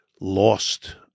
lost